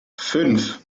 fünf